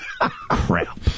Crap